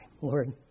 Lord